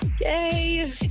Yay